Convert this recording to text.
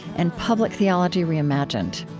and public theology reimagined.